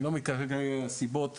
אני לא מתעכב על סיבות,